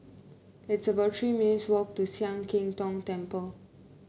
it's about Three minutes' walk to Sian Keng Tong Temple